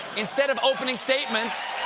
instead of opening statements